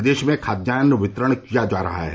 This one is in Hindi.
प्रदेश में खाद्यान्न वितरण किया जा रहा है